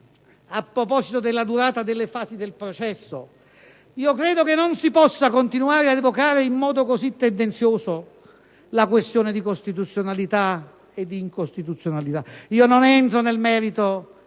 a proposito della durata delle fasi del processo, credo che non si possa continuare ad evocare in modo così tendenzioso la questione di costituzionalità e/o di incostituzionalità. Non entro nel merito